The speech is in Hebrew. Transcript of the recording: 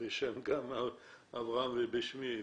בשם אברהם ובשמי,